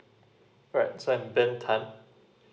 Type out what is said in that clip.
right so I'm ben tan